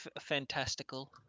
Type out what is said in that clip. fantastical